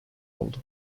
oldu